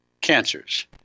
cancers